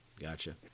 Gotcha